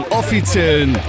offiziellen